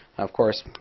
of course,